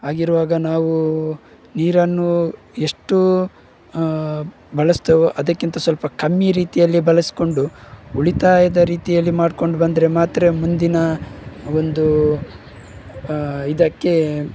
ಹಾಗಿರುವಾಗ ನಾವು ನೀರನ್ನು ಎಷ್ಟು ಬಳಸ್ತೇವೋ ಅದಕ್ಕಿಂತ ಸ್ವಲ್ಪ ಕಮ್ಮಿ ರೀತಿಯಲ್ಲಿ ಬಳಸಿಕೊಂಡು ಉಳಿತಾಯದ ರೀತಿಯಲ್ಲಿ ಮಾಡ್ಕೊಂಡು ಬಂದರೆ ಮಾತ್ರ ಮುಂದಿನ ಒಂದು ಇದಕ್ಕೆ